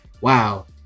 wow